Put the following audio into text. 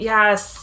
Yes